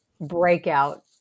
breakout